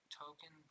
token